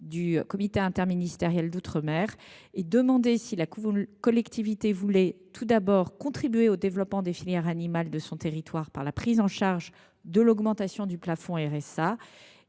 du comité interministériel des outre mer (Ciom) et demandait si la collectivité voulait contribuer au développement des filières animales de son territoire par la prise en charge de l’augmentation du plafond RSA